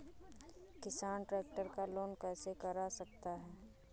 किसान ट्रैक्टर का लोन कैसे करा सकता है?